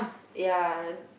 ya